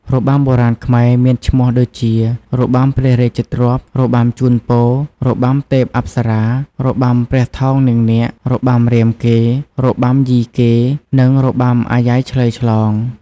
របាំបុរាណខ្មែរមានឈ្មោះដូចជា របាំព្រះរាជទ្រព្យ របាំជូនពរ, របាំទេពអប្សរា, របាំព្រះថោងនាងនាគ, របាំរាមកេរ្តិ៍, របាំយីកេ និងរបាំអាយ៉ៃឆ្លងឆ្លើយ។